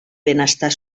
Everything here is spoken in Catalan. benestar